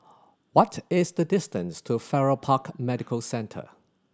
what is the distance to Farrer Park Medical Centre